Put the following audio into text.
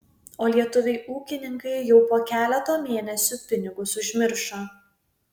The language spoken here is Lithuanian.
o lietuviai ūkininkai jau po keleto mėnesių pinigus užmiršo